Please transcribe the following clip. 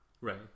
Right